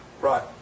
right